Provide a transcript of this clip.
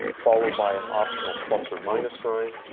followed by an optional plus or minus sign,